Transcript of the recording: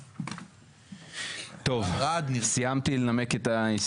טוב סיימתי לנמק את ההסתייגויות.